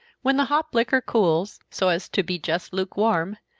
when the hop liquor cools, so as to be just lukewarm,